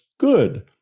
good